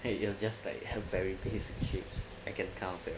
it was just like her very basic shapes I can kind of thing